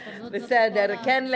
כן,